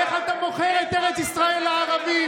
איך אתה מוכר את ארץ ישראל לערבים?